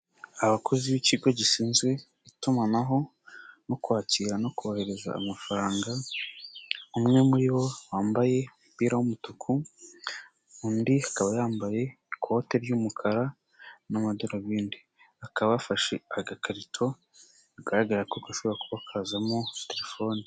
Abakozi b'ikigo gishinzwe itumanaho no kwakira no kohereza amafaranga, umwe muri bo wambaye umupira w'umutuku, undi akaba yambaye ikote ry'umukara n'amadarubindi, bakaba bafashe agakarito bigaragara ko gashobora kuba kazamo telefone.